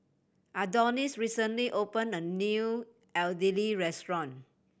Adonis recently opened a new Idili restaurant